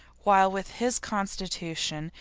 while with his constitution,